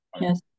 yes